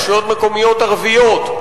רשויות מקומיות ערביות,